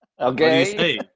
Okay